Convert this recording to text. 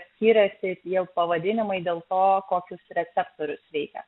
skiriasi tie pavadinimai dėl to kokius receptorius veikia